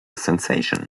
sensation